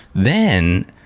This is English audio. then,